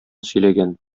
сөйләгән